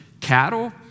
cattle